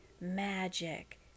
magic